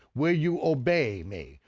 will you obey me?